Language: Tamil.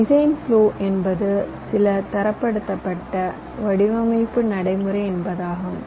டிசைன் ப்லோ என்பது சில தரப்படுத்தப்பட்ட வடிவமைப்பு நடைமுறை என்பதாகும்